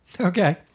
Okay